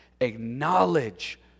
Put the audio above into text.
acknowledge